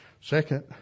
Second